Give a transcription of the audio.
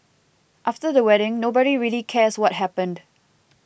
after the wedding nobody really cares what happened